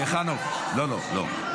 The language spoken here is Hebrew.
חנוך, לא לא לא.